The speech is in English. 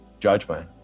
judgment